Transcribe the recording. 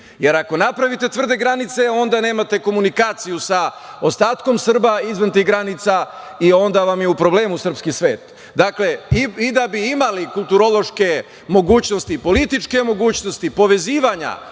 jer ako napravite tvrde granice, onda nemate komunikaciju sa ostatkom Srba izvan tih granica i onda vam je u problemu srpski svet. Dakle, i da bi imali kulturološke mogućnosti, političke mogućnosti povezivanja,